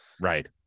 right